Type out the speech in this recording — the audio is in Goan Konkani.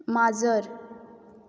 माजर